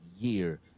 year